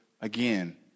again